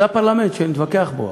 זה הפרלמנט, שנתווכח בו.